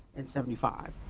in seventy five.